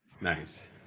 Nice